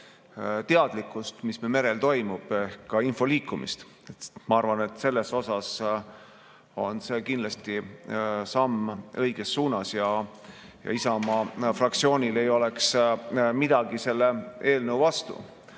sellest, mis merel toimub, ka info liikumist. Ma arvan, et selles mõttes on see kindlasti samm õiges suunas, ja Isamaa fraktsioonil ei oleks midagi selle eelnõu vastu.